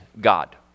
God